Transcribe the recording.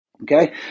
Okay